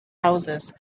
houses